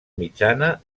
mitjana